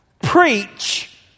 preach